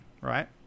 Right